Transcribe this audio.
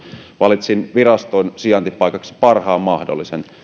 valitsin viraston sijaintipaikaksi parhaan mahdollisen